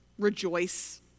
Rejoice